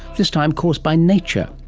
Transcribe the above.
this time caused by nature.